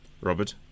Robert